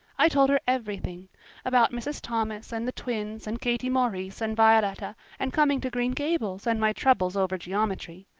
i told her everything about mrs. thomas and the twins and katie maurice and violetta and coming to green gables and my troubles over geometry.